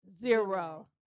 zero